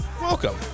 Welcome